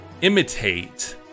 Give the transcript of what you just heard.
imitate